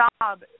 job